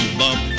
bump